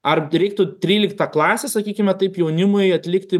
ar reiktų tryliktą klasę sakykime taip jaunimui atlikti